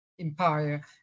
empire